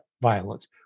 violence